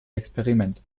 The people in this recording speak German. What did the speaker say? experiment